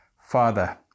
Father